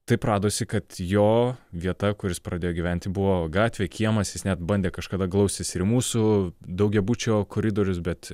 taip radosi kad jo vieta kur jis pradėjo gyventi buvo gatvė kiemas jis net bandė kažkada glaustis ir į mūsų daugiabučio koridorius bet